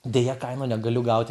deja kainų negaliu gauti